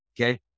okay